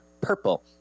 purple